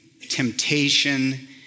temptation